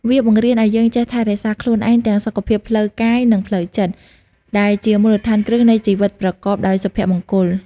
វាបង្រៀនឱ្យយើងចេះថែរក្សាខ្លួនឯង ទាំងសុខភាពផ្លូវកាយនិងផ្លូវចិត្ត ដែលជាមូលដ្ឋានគ្រឹះនៃជីវិតប្រកបដោយសុភមង្គល។